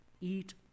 eat